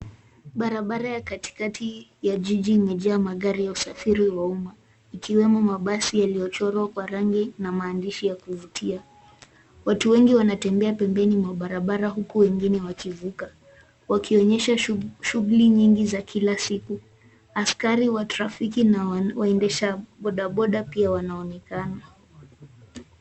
Barabara ya katikati ya jiji imejaa magari ya usafiri wa umma. Ikiwemo mabasi yaliyochorwa kwa rangi na maandishi ya kuvutia. Watu wengi wanatembea pembeni mwa barabara huku wengine wakivuka. Wakionyesha shughuli nyingi za kila siku. Askari wa trafiki na waendesha bodaboda pia wanaonekana.